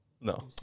No